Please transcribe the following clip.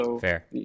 Fair